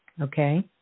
Okay